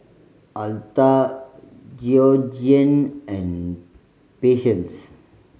Altha Georgeann and Patience